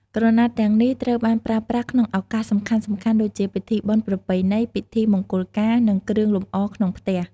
ក្រណាត់ទាំងនេះត្រូវបានប្រើប្រាស់ក្នុងឱកាសសំខាន់ៗដូចជា ពិធីបុណ្យប្រពៃណី ពិធីមង្គលការ និងគ្រឿងលម្អក្នុងផ្ទះ។